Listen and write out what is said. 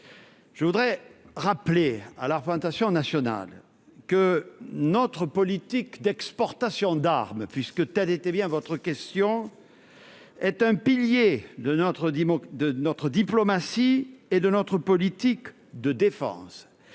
Je rappelle à la représentation nationale que notre politique d'exportation d'armes, sur laquelle portait votre question, est un pilier de notre diplomatie et de notre politique de défense